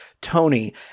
Tony